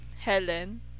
Helen